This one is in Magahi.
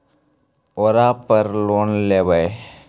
ओरापर लोन लेवै?